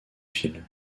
fil